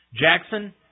Jackson